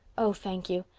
oh, thank you.